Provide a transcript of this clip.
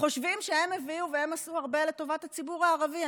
חושבים שהם הביאו והם עשו הרבה לטובת הציבור הערבי.